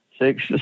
six